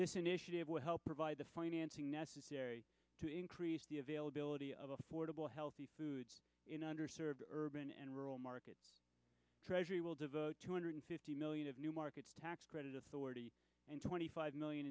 this initiative will help provide the financing necessary to increase the availability of affordable healthy food in under served urban and rural markets treasury will devote two hundred fifty million new markets tax credit authority and twenty five million